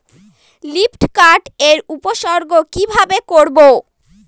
Leaf curl এর উপসর্গ কিভাবে করব?